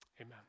Amen